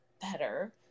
better